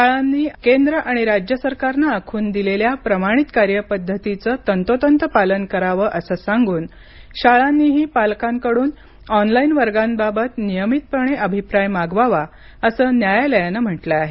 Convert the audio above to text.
शाळांनी केंद्र आणि राज्य सरकारनं आखून दिलेल्या प्रमाणित कार्यपद्धतीचं तंतोतंत पालन करावं असं सांगून शाळांनीही पालकांकडून ऑनलाइन वर्गांबाबत नियमितपणे अभिप्राय मागवावा असं न्यायालयानं म्हटलं आहे